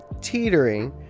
teetering